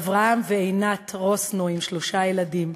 אברהם ועינת רוסנו עם שלושה ילדים,